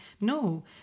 No